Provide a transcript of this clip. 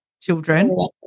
children